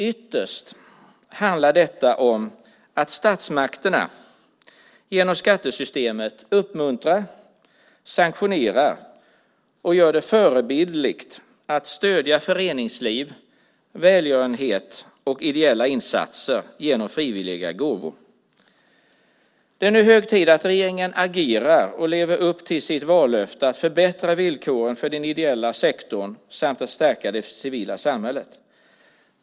Ytterst handlar detta om att statsmakterna genom skattesystemet uppmuntrar, sanktionerar och gör det förebildligt att stödja föreningsliv, välgörenhet och ideella insatser genom frivilliga gåvor. Det är nu hög tid att regeringen agerar och lever upp till sitt vallöfte att förbättra villkoren för den ideella sektorn samt att stärka det civila samhället.